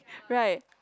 right